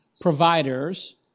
providers